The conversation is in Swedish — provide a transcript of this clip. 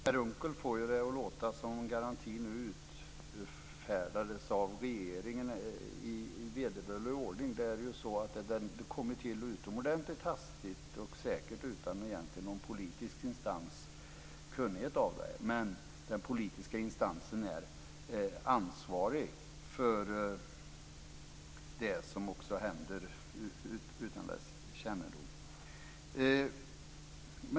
Fru talman! Per Unckel får det att låta som om garantin utfärdades av regeringen i vederbörlig ordning. Men den kom ju till utomordentligt hastigt, och säkert utan att någon politisk instans hade kunnighet om den. Men den politiska instansen är ansvarig för det som händer också utom dess kännedom.